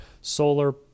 solar